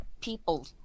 people